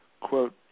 quote